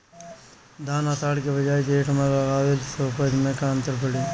धान आषाढ़ के बजाय जेठ में लगावले से उपज में का अन्तर पड़ी?